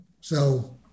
So-